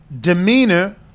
demeanor